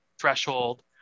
threshold